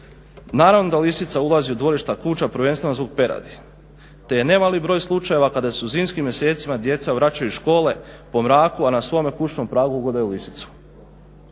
Naravno da lisica ulazi u dvorišta kuća prvenstveno zbog peradi te je nemali broj slučajeva kada se u zimskim mjesecima djeca vraćaju iz škole po mraku, a na svome kućnom pragu ugledaju lisicu.